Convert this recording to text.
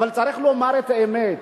אבל צריך להגיד את האמת,